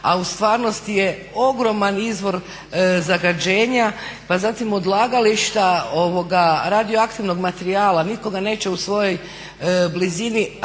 a u stvarnosti je ogroman izvor zagađenja, pa zatim odlagališta radioaktivnog materijala, niko ga neće u svojoj blizini